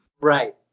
right